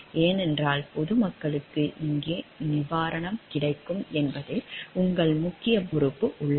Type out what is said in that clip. ஏனென்றால் பொதுமக்களுக்கு எங்கு நிவாரணம் கிடைக்கும் என்பதில் உங்கள் முக்கிய பொறுப்பு உள்ளது